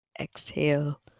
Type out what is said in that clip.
exhale